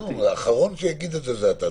האחרון שיגיד את זה הוא אתה.